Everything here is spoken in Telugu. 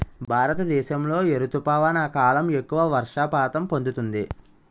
భారతదేశంలో ఏ రుతుపవన కాలం ఎక్కువ వర్షపాతం పొందుతుంది?